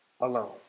alone